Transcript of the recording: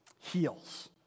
heals